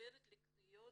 מתחברת לקריאות,